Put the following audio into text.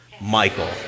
Michael